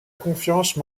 confiance